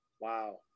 Wow